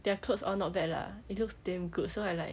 their clothes all not bad lah it looks damn good so I like